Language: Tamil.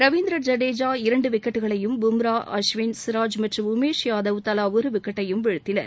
ரவீந்திர ஐடேஜா இரண்டு விக்கெட்டுக்களையும் பும்ரா அஸ்வின் சிராஜ் மற்றும் உமேஷ் யாதவ் தலா ஒரு விக்கெட்டையும் வீழ்த்தினர்